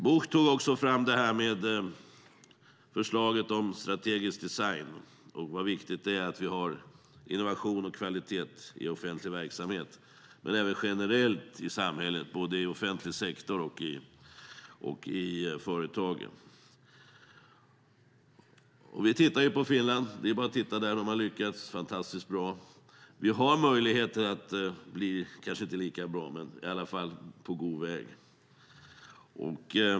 Bucht tog upp förslaget om strategisk design och hur viktigt det är att vi har innovation och kvalitet i offentlig verksamhet, men även generellt i samhället både i offentlig sektor och i företagen. Det är bara att titta på Finland, där de har lyckats fantastiskt bra. Vi har möjlighet att bli kanske inte lika bra men i alla fall vara på god väg.